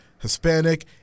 Hispanic